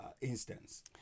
Instance